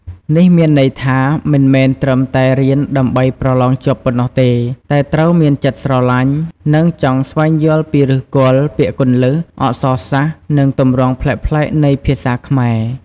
នេះមានន័យថា មិនមែនត្រឹមតែរៀនដើម្បីប្រឡងជាប់ប៉ុណ្ណោះទេ តែត្រូវមានចិត្តស្រឡាញ់ និងចង់ស្វែងយល់ពីឫសគល់ ពាក្យគន្លឹះ អក្សរសាស្ត្រ និងទម្រង់ប្លែកៗនៃភាសាខ្មែរ។